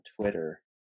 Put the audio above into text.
twitter